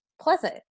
pleasant